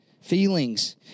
Feelings